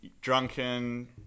drunken